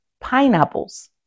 pineapples